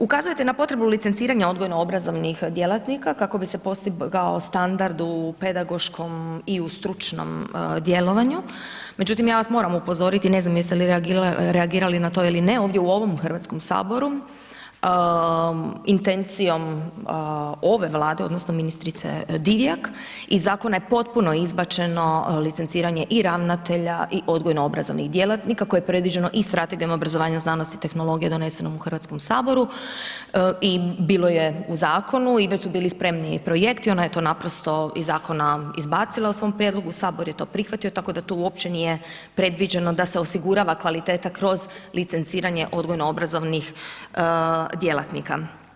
Ukazujete na potrebu licenciranja odgojno obrazovnih djelatnika kako bi se postigao standard u pedagoškom i u stručnom djelovanju, međutim ja vas moram upozoriti, ne znam jeste li reagirali na to ili ne, ovdje u ovom Hrvatskom saboru intencijom ove Vlade, odnosno ministrice Divjak, iz zakona je potpuno izbačeno licenciranje i ravnatelja i odgojno obrazovnih djelatnika koje je predviđeno i Strategijom obrazovanja, znanosti i tehnologija donesenom u Hrvatskom saboru i bilo je u zakonu i već su bili spremni projekti, ona je to naprosto iz zakona izbacila u svom prijedlogu, sabor je to prihvatio, tako da to uopće nije predviđeno da se osigurava kvaliteta kroz licenciranje odgojno obrazovnih djelatnika.